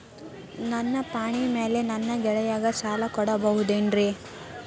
ನನ್ನ ಪಾಣಿಮ್ಯಾಲೆ ನನ್ನ ಗೆಳೆಯಗ ಸಾಲ ಕೊಡಬಹುದೇನ್ರೇ?